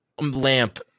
lamp